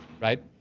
right